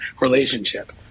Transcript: relationship